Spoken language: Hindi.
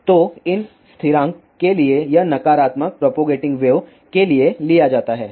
तो इन स्थिरांक के लिए यह नकारात्मक प्रोपोगेटिंग वेव के लिए लिया जाता है